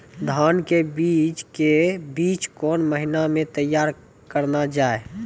धान के बीज के बीच कौन महीना मैं तैयार करना जाए?